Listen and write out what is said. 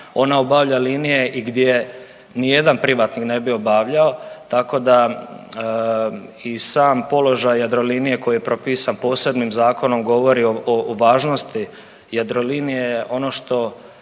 ona obavlja linije i gdje nijedan privatnik ne bi obavljao, tako da i sam položaj Jadrolinije koji je propisan posebnim zakonom govori o važnosti Jadrolinije. Ono što